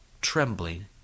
trembling